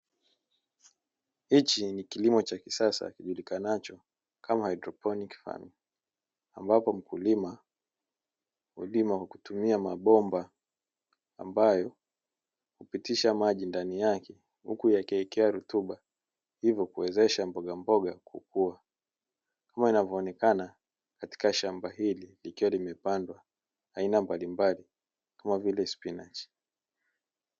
Hichi ni kilimo cha kisasa, kijulikanacho kama haidroponi, ambapo mkulima hulima kwa kutumia mabomba ambayo hupitisha maji ndani yake, huku yakiwekewa rutuba hivyo huwezesha mbogamboga kukua na inavyoonekana katika shamba hili likiwa limepandwa aina mbalimbali kama vile spinachi.